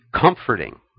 comforting